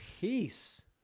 Peace